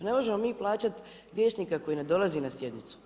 Ne možemo mi plaćati vijećnika koji ne dolazi na sjednicu.